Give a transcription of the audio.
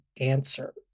answer